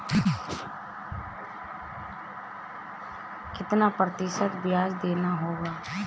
कितना प्रतिशत ब्याज देना होगा?